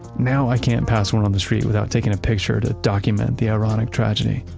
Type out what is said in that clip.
now i can't pass one on the street without taking a picture to document the ironic tragedy.